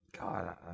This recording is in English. God